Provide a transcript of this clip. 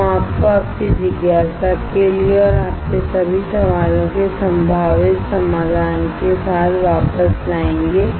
हम आपको आपकी जिज्ञासा के लिए और आपके सभी सवालों के संभावित समाधान के साथ वापस लाएंगे